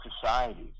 societies